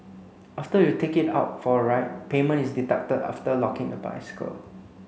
after you take it out for a ride payment is deducted after locking the bicycle